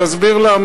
להסביר לה,